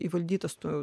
įvaldytas tų